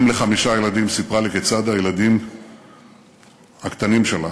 אם לחמישה ילדים סיפרה לי כיצד הילדים הקטנים שלה